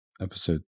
Episode